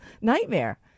nightmare